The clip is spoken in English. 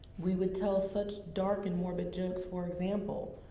we would tell such dark, and morbid jokes for example,